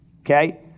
okay